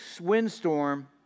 windstorm